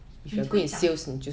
你会讲